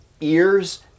ears